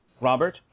Robert